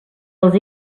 els